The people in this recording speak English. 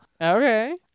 Okay